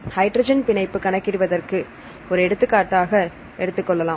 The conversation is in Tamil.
ஹைட்ரஜன் பிணைப்பு கணக்கிடுவதற்கு ஒரு எடுத்துக்காட்டாக எடுத்துக் கொள்ளலாம்